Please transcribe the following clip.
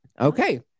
Okay